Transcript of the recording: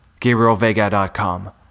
GabrielVega.com